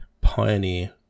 pioneer